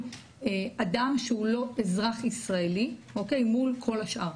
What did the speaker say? אדם שהוא לא אזרח ישראלי מול כל השאר.